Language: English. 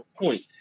point